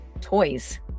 toys